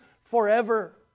forever